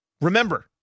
remember